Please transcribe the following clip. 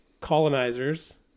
colonizers